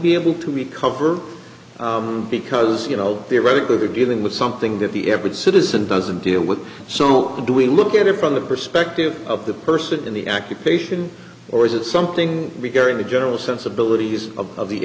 be able to recover because you know theoretically they're dealing with something that the average citizen doesn't deal with so do we look at it from the perspective of the person in the act of creation or is it something bigger in the general sense abilities of the